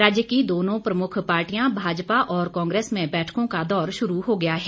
राज्य की दोनों प्रमुख पार्टियां भाजपा और कांग्रेस में बैठकों का दौर शुरू हो गया है